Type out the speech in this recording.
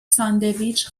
ساندویچ